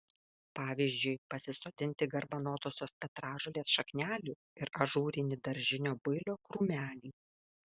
pavyzdžiui pasisodinti garbanotosios petražolės šaknelių ir ažūrinį daržinio builio krūmelį